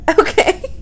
okay